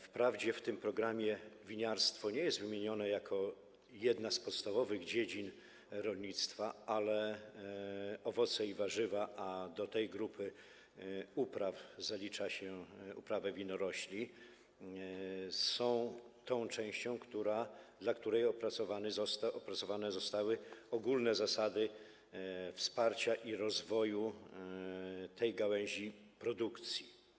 Wprawdzie w tym programie winiarstwo nie jest wymienione jako jedna z podstawowych dziedzin rolnictwa, ale owoce i warzywa, a do tej grupy upraw zalicza się uprawę winorośli, są tą częścią, dla której opracowane zostały ogólne zasady wsparcia i rozwoju tej gałęzi produkcji.